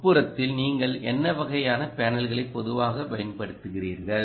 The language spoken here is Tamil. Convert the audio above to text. உட்புறத்தில் நீங்கள் என்ன வகையான பேனல்களைப் பொதுவாகபயன்படுத்துகிறீர்கள்